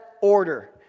order